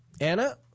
Anna